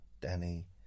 Danny